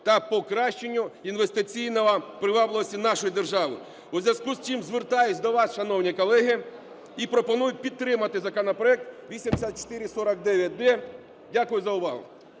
та покращенню інвестиційної привабливості нашої держави. У зв'язку з цим звертаюсь до вас, шановні колеги, і пропоную підтримати законопроект 8449-д. Дякую за увагу.